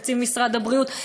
לתקציב משרד הבריאות,